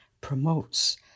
promotes